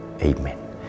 Amen